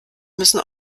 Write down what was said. müssen